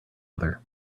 other